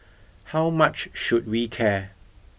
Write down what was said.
how much should we care